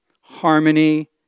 harmony